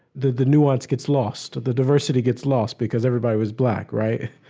that the nuance gets lost, the diversity gets lost, because everybody was black. right?